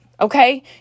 okay